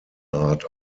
art